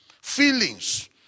feelings